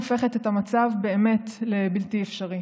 הופכת את המצב באמת לבלתי אפשרי.